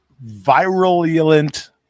virulent